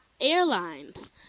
airlines